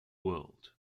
world